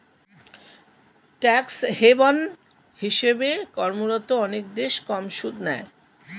tax haven হিসেবে কর্মরত অনেক দেশ কম সুদ নেয়